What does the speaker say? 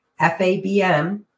FABM